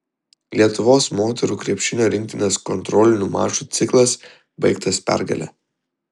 lietuvos moterų krepšinio rinktinės kontrolinių mačų ciklas baigtas pergale